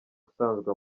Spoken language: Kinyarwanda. usanzwe